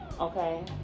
okay